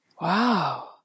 Wow